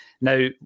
Now